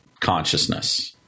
consciousness